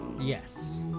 Yes